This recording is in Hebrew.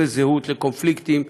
למשברי זהות, לקונפליקטים.